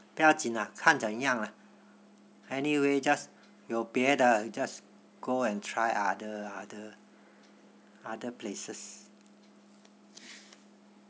不要紧啦看怎样啦 anyway just 有别的 just go and try other other other places